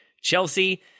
Chelsea